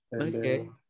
Okay